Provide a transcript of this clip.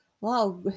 wow